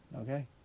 Okay